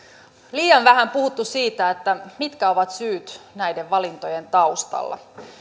liian vähän puhuttu siitä mitkä ovat syyt näiden valintojen taustalla